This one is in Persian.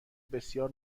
بسیار